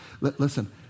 listen